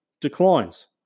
declines